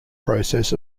process